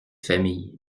famille